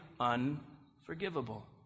unforgivable